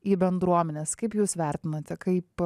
į bendruomenes kaip jūs vertinate kaip